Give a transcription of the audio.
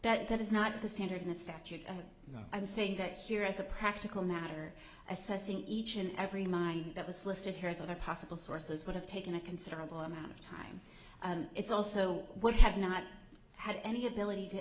that that is not the standard in the statute and i'm saying that here as a practical matter assessing each and every minute that was listed here as other possible sources would have taken a considerable amount of time it's also would have not had any ability to